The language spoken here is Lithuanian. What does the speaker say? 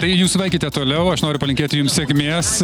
tai jūs veikite toliau aš noriu palinkėti jums sėkmės